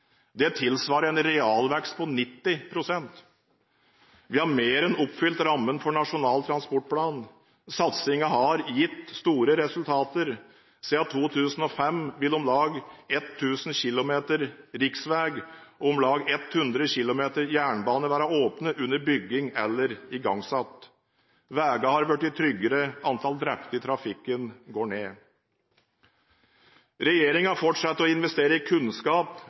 Det tilsvarer en realvekst på 90 pst. Vi har mer enn oppfylt rammen for Nasjonal transportplan. Satsingen har gitt store resultater. Siden 2005 vil om lag 1 000 km riksvei og om lag 100 km jernbane være åpnet, under bygging eller igangsatt. Veiene har blitt tryggere, og antallet drepte i trafikken går ned. Regjeringen fortsetter å investere i kunnskap,